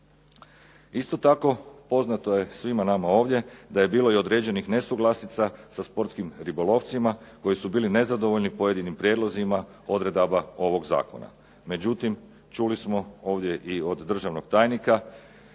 Isto tako poznato je svima nama ovdje da je bilo i određenih nesuglasica sa sportskim ribolovcima koji su bili nezadovoljni pojedinim prijedlozima odredaba ovog zakona, međutim čuli smo ovdje i od državnog tajnika